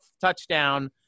touchdown